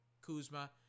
Kuzma